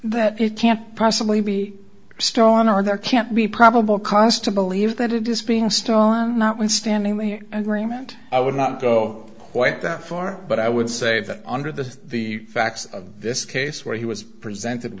that it can't possibly be stolen or there can't be probable cause to believe that it is being stalled notwithstanding their agreement i would not go quite that far but i would say that under the the facts of this case where he was presented